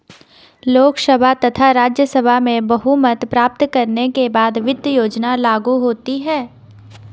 लोकसभा तथा राज्यसभा में बहुमत प्राप्त करने के बाद वित्त योजना लागू होती है